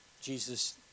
Jesus